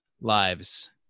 lives